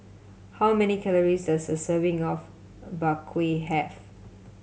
how many calories does a serving of Bak Kwa have